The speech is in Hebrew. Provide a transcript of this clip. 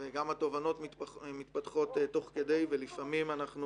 וגם התובנות מתפתחות תוך כדי ולפעמים אנחנו